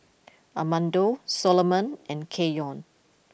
Armando Soloman and Keyon